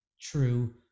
true